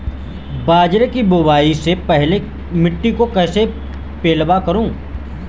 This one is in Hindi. बाजरे की बुआई से पहले मिट्टी को कैसे पलेवा करूं?